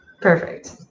Perfect